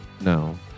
No